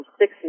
six